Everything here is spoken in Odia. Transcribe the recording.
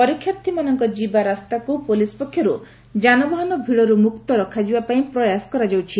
ପରୀକ୍ଷାର୍ଥୀମାନଙ୍କ ଯିବା ରାସ୍ତାକୁ ପୋଲିସ୍ ପକ୍ଷରୁ ଯାନବାହାନ ଭିଡ଼ରୁ ମୁକ୍ତ ରଖାଯିବା ପାଇଁ ପ୍ରୟାସ କରାଯାଉଛି